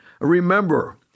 Remember